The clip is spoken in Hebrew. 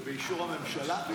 זה באישור הממשלה?